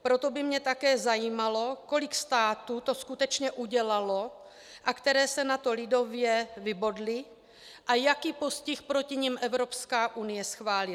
Proto by mě také zajímalo, kolik států to skutečně udělalo a které se na to, lidově, vybodly a jaký postih proti nim Evropská unie schválila.